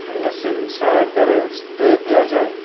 machine ସହାୟତାରେ spray ଦିଆଯାଏ